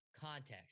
context